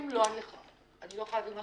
אני לא יכולה להביא משהו מעצמי?